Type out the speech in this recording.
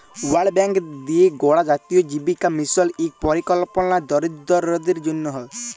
world bank দিঁয়ে গড়া জাতীয় জীবিকা মিশল ইক পরিকল্পলা দরিদ্দরদের জ্যনহে